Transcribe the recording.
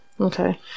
okay